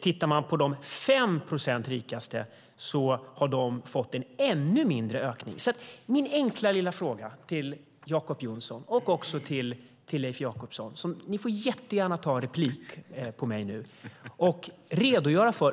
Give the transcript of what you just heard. Tittar man på de 5 procent rikaste ser man att de har fått en ännu mindre ökning. Min enkla lilla fråga till Jacob Johnson och också till Leif Jakobsson är: Var har ni fått de här siffrorna ifrån? Ni får jättegärna begära replik på mitt anförande och redogöra för